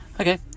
Okay